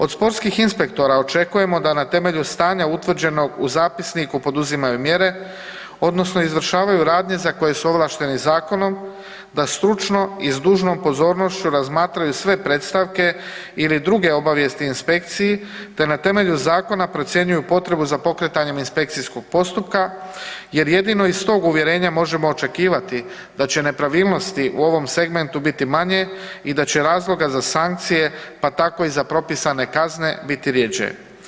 Od sportskih inspektora očekujemo da na temelju stanja utvrđenog u zapisniku poduzimaju mjere odnosno izvršavaju radnje za koje su ovlašteni zakonom, da stručno i s dužnom pozornošću razmatraju sve predstavke ili druge obavijesti inspekciji te na temelju zakona procjenjuju potrebu za pokretanjem inspekcijskog postupka jer jedino iz tog uvjerenja možemo očekivati da će nepravilnosti u ovom segmentu biti manje i da će razloga za sankcije pa tako i za propisane kazne biti rjeđe.